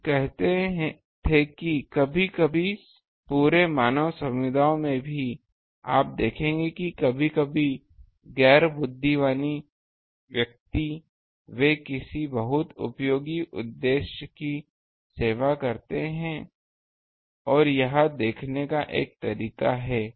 हम कहते थे कि कभी कभी पूरे मानव समुदाय में भी आप देखेंगे कि कभी कभी गैर बुद्धिमान व्यक्ति वे किसी बहुत उपयोगी उद्देश्य की सेवा करते हैं यह इसे देखने का एक तरीका है